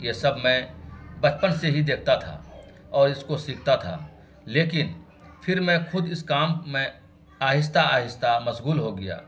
یہ سب میں بچپن سے ہی دیکھتا تھا اور اس کو سیکھتا تھا لیکن پھر میں خود اس کام میں آہستہ آہستہ مشغول ہو گیا